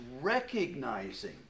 recognizing